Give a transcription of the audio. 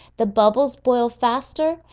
the bubbles boil faster,